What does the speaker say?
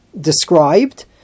described